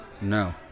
no